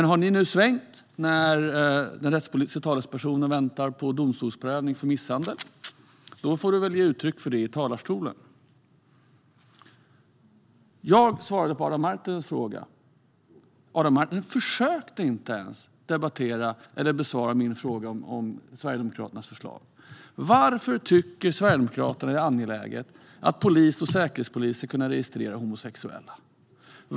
Har ni nu svängt, när den rättspolitiska talespersonen väntar på domstolsprövning för misshandel? Då får du väl ge uttryck för det i talarstolen, Adam Marttinen. Jag svarade på Adam Marttinens fråga. Adam Marttinen försökte inte ens debattera eller besvara min fråga om Sverigedemokraternas förslag. Varför tycker Sverigedemokraterna att det är angeläget att polis och säkerhetspolis ska kunna registrera homosexuella?